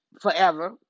forever